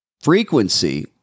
frequency